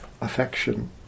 affection